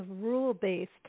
rule-based